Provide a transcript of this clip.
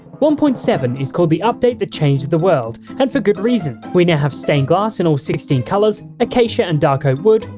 one point seven is called the update that changed the world, and for good reason. we now have stained glass in all sixteen colours, acasia and dark oak wood,